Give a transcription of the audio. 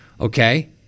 Okay